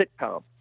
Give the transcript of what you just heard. sitcom